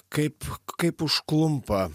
kaip kaip užklumpa